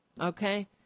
okay